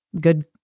good